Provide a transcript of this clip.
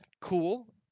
cool